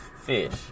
fish